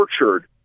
tortured